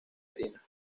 harina